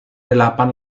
delapan